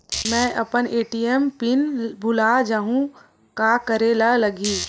मैं अपन ATM pin भुला जहु का करे ला लगही?